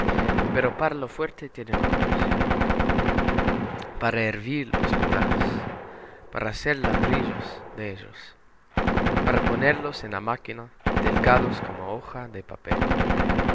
pero para lo fuerte tienen hombres para hervir los metales para hacer ladrillos de ellos para ponerlos en la máquina delgados como hoja de papel